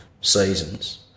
seasons